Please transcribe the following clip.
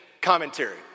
commentary